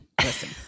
Listen